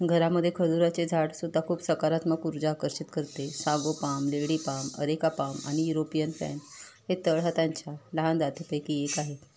घरामध्ये खजुराचे झाड सुद्धा खूप सकारात्मक ऊइर्जा आकर्षित करते सागो पाम देडी पाम अरेका पाम आणि युरोपियन फॅन हे तळहातांच्या लहान जातींपैकी एक आहे